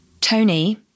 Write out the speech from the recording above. Tony